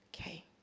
Okay